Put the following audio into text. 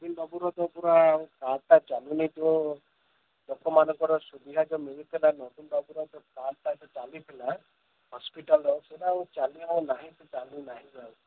ନବୀନ ବାବୁର ତ ପୁରା କାର୍ଡ୍ଟା ଚାଲୁନି ତ ଲୋକମାନଙ୍କର ସୁବିଧା ତ ମିଳୁଥିଲା ନବୀନ ବାବୁର ତ କାର୍ଡ୍ ତ ଚାଲିଥିଲା ହସ୍ପିଟାଲ୍ର ସେଟା ଆଉ ଚାଲିବ ନାହିଁ ଚାଲୁ ନାହିଁ ବା ଆଉ